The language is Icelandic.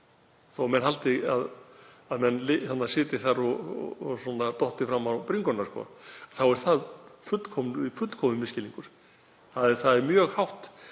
Þótt margir haldi að menn sitji þar og dotti fram á bringuna þá er það fullkominn misskilningur. Það er mjög hátt,